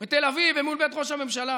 בתל אביב ומול בית ראש הממשלה.